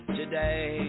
today